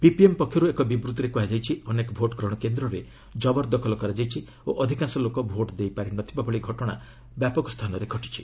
ppm ପକ୍ଷରୁ ଏକ ବିବୃଭିରେ କୁହାଯାଇଛି ଅନେକ ଭୋଟ ଗ୍ରହଣ କେନ୍ଦ୍ରରେ ଜବରଦଖଲ କରାଯାଇଛି ଓ ଅଧିକାଂଶ ଲୋକ ଭୋଟ ଦେଇ ପାରିନଥିବା ଭଳି ଘଟଣା ବ୍ୟାପକ ସ୍ଥାନରେ ଘଟିଛି